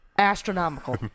astronomical